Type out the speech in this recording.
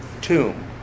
tomb